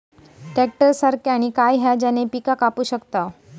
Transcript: Tractor सारखा आणि काय हा ज्याने पीका कापू शकताव?